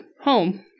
home